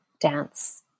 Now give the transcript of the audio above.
dance